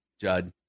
Judd